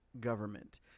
government